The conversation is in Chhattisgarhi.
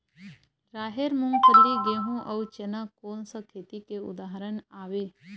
राहेर, मूंगफली, गेहूं, अउ चना कोन सा खेती के उदाहरण आवे?